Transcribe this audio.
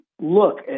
look